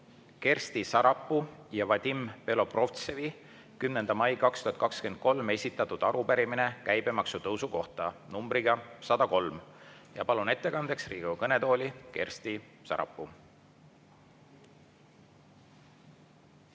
Kersti Sarapuu ja Vadim Belobrovtsevi 10. mail 2023 esitatud arupärimine käibemaksu tõusu kohta (nr 103). Palun ettekandeks Riigikogu kõnetooli Kersti Sarapuu.